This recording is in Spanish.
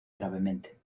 gravemente